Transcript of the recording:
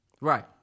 Right